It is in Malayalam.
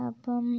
അപ്പം